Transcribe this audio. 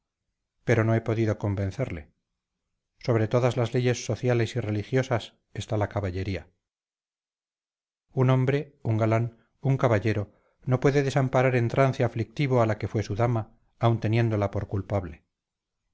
pero no he podido convencerle sobre todas las leyes sociales y religiosas está la caballería un hombre un galán un caballero no puede desamparar en trance aflictivo a la que fue su dama aun teniéndola por culpable